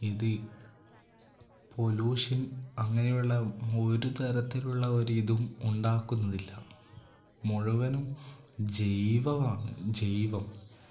ഇത് പൊലൂഷൻ അങ്ങനെയുള്ള ഒരു തരത്തിലുള്ള ഒരു ഇതും ഉണ്ടാക്കുന്നില്ല മുഴുവനും ജൈവമാണ് ജൈവം